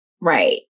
Right